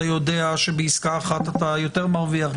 אתה יודע שבעסקה 1 אתה יותר מרוויח.